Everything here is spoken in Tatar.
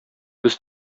без